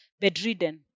bedridden